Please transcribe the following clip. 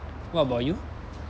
what about you